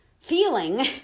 feeling